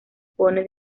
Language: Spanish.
pone